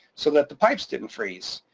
so that the pipes didn't freeze.